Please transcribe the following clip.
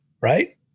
right